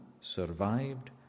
survived